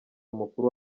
mukuru